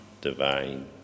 divine